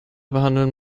behandeln